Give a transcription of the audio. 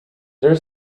their